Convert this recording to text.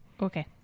okay